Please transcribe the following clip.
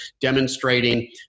demonstrating